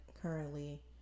currently